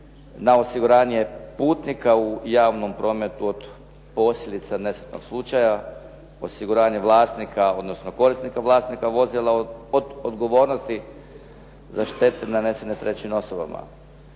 na osiguranje putnika u javnom prometu od posljedica nesretnog slučaja, osiguranje vlasnika, odnosno korisnika vlasnika vozila od odgovornosti za štete nanesene trećim osobama.